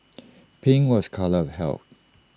pink was colour of health